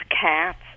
cats